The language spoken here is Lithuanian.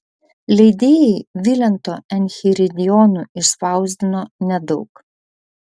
leidėjai vilento enchiridionų išspausdino nedaug